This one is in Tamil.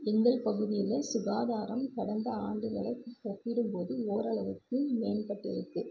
எங்கள் பகுதியில் சுகாதாரம் கடந்த ஆண்டுகளை ஒப்பிடும்போது ஓரளவுக்கு மேம்பட்டு இருக்குது